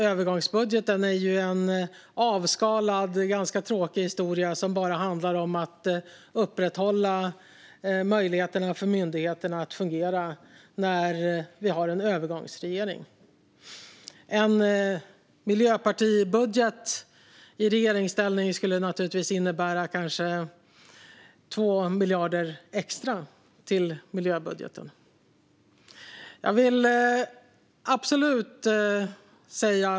Övergångsbudgeten är en avskalad och ganska tråkig historia som bara handlar om att upprätthålla myndigheternas möjlighet att fungera när vi har en övergångsregering. En Miljöpartibudget i regeringsställning skulle naturligtvis innebära kanske 2 miljarder extra till miljöbudgeten.